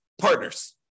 partners